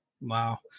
Wow